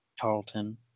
Tarleton